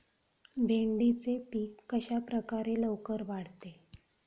भेंडीचे पीक कशाप्रकारे लवकर वाढते?